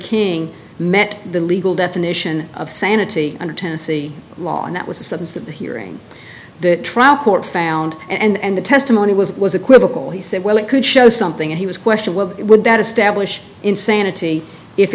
king met the legal definition of sanity under tennessee law and that was a sentence of the hearing the trial court found and the testimony was it was equivocal he said well it could show something and he was question what would that establish insanity if